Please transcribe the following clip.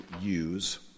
use